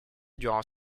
durant